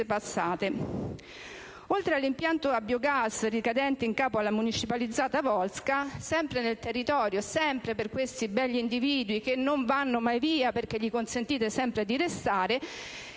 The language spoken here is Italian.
passate. Oltre all'impianto a biogas, ricadente in capo alla municipalizzata Volsca, sempre nel territorio di Velletri e sempre grazie a questi begli individui, che non vanno mai via perché voi gli consentite di restare,